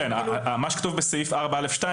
מה שכתוב בסעיף 4(א)(2),